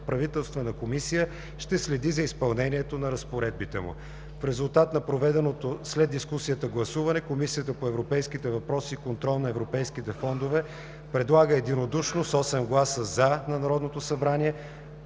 междуправителствена комисия ще следи за изпълнението на разпоредбите му. В резултат на проведеното след дискусията гласуване Комисията по европейските въпроси и контрол на европейските фондове предлага единодушно, с 8 гласа „за”, на Народното събрание